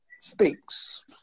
speaks